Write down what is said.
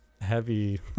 heavy